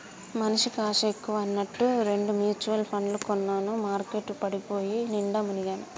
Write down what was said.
మనిషికి ఆశ ఎక్కువ అన్నట్టు రెండు మ్యుచువల్ పండ్లు కొన్నాను మార్కెట్ పడిపోయి నిండా మునిగాను